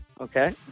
Okay